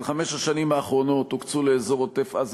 בחמש השנים האחרונות הוקצו לאזור עוטף-עזה